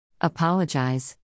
Apologize